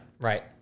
Right